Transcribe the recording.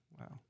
Wow